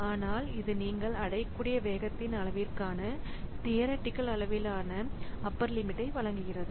ஆனால் இது நீங்கள் அடையக்கூடிய வேகத்தின் அளவிற்கான தியரிட்டிகள் அளவிலான அப்பர்லிமிட்டை வழங்குகிறது